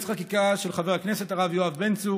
חקיקה של חבר הכנסת הרב יואב בן צור